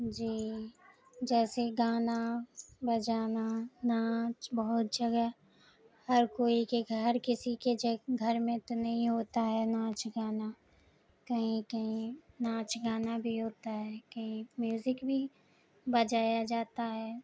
جی جیسے گانا بجانا ناچ بہت جگہ ہر کوئی کے ہر کسی کے گھر میں تو نہیں ہوتا ہے ناچ گانا کہیں کہیں ناچ گانا بھی ہوتا ہے کہیں میوزک بھی بجایا جاتا ہے